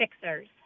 fixers